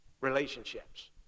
relationships